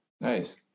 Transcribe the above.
nice